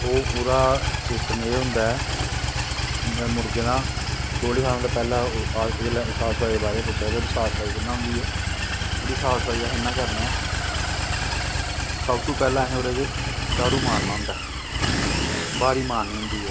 ओह् पूरा सिस्टम एह् होंदा मुर्गें दा पोल्ट्री फार्म दै पैह्लैं साफ सफाई दै बारै च पुच्छा दे साफ सफाई कियां होंदी उंदी साफ सफाई अस इयां करने आं सब तों पैह्लैं असैं ओह्दै च झाड़ू़ मारनां होंदा ब्हारी मारनी होंदी ऐ